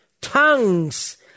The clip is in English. tongues